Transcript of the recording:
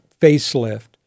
facelift